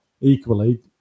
equally